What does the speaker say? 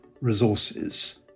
resources